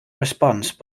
response